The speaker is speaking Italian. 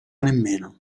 nemmeno